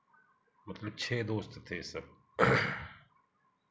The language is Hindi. मतलब छः दोस्त थे सब